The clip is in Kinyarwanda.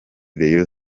rayon